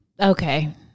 Okay